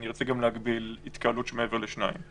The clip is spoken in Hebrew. אני ארצה גם להגביל התקהלות מעבר לשניים.